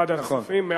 לוועדת הכספים.